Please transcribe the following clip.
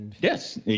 Yes